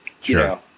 sure